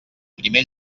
primer